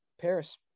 Paris